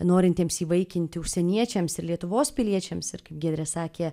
norintiems įvaikinti užsieniečiams ir lietuvos piliečiams ir kaip giedrė sakė